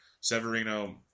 Severino